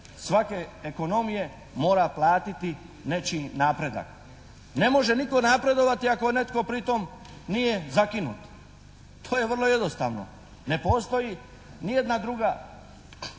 svake ekonomije mora platiti nečiji napredak. Ne može nitko napredovati ako netko pritom nije zakinut, to je vrlo jednostavno. Ne postoji nijedno drugo